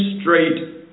straight